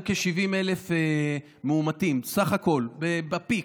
היו כ-70,000 מאומתים בסך הכול בפיק,